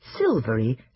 silvery